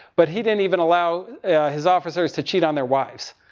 but he didn't even allow his officers to cheat on their wives.